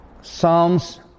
Psalms